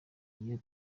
iyo